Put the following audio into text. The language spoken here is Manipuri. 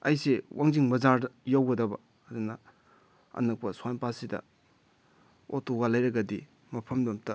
ꯑꯩꯁꯦ ꯋꯥꯡꯖꯤꯡ ꯕꯖꯥꯔꯗ ꯌꯧꯒꯗꯕ ꯑꯗꯨꯅ ꯑꯅꯛꯄ ꯁ꯭ꯋꯥꯏ ꯃꯄꯥꯁꯤꯗ ꯑꯣꯇꯣꯒ ꯂꯩꯔꯒꯗꯤ ꯃꯐꯝꯗꯣ ꯑꯝꯇ